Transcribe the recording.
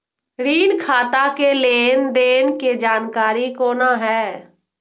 ऋण खाता के लेन देन के जानकारी कोना हैं?